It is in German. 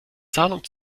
zahlung